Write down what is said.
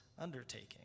undertaking